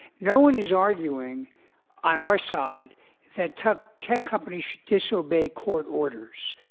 no one is arguing on our side that tech tech companies should disobey court orders.